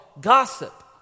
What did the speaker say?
gossip